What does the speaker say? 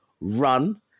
run